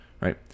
right